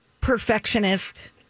perfectionist